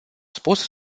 spus